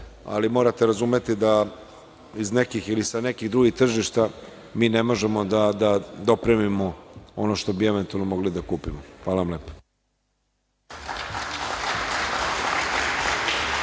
ali morate razumeti da iz nekih, ili sa nekih drugih tržišta mi ne možemo da dopremimo ono što bi, eventualno, mogli da kupimo. **Sandra